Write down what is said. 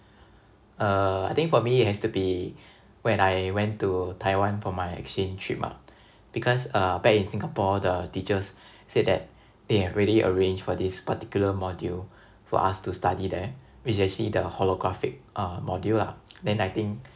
uh I think for me it has to be when I went to taiwan for my exchange trip ah because uh back in singapore the teachers said that they have already arranged for this particular module for us to study there which is actually the holographic uh module lah then I think